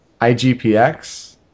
IGPX